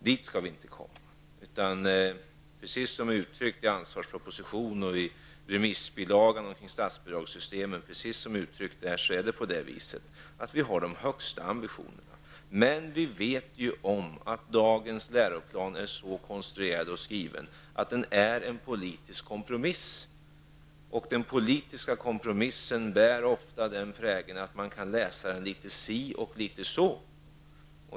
Dit skall vi inte komma, utan precis som jag har uttryckt det i ansvarspropositionen, i remissbilagan till översynen av statsbidragssystemet har vi de högsta ambitionerna. Men vi vet om att dagens läroplan är så konstruerad och skriven, att den är en politisk kompromiss. Den politiska kompromissen bär ofta den prägeln att man kan läsa den litet si och så.